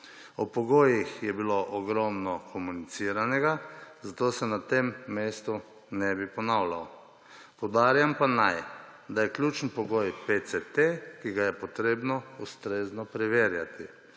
O pogojih je bilo ogromno komuniciranega, zato se na tem mestu ne bi ponavljal. Poudarjam pa naj, da je ključen pogoj PCT, ki ga je potrebno ustrezno preverjati.